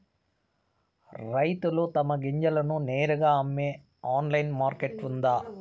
రైతులు తమ గింజలను నేరుగా అమ్మే ఆన్లైన్ మార్కెట్ ఉందా?